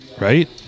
right